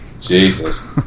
Jesus